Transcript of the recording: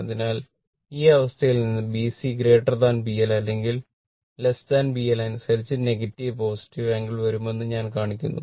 അതിനാൽ ഈ അവസ്ഥയിൽ നിന്ന് BC BL അല്ലെങ്കിൽ BL അതനുസരിച്ച് നെഗറ്റീവ് പോസിറ്റീവ് ആംഗിൾ വരുമെന്ന് ഞാൻ കാണുന്നു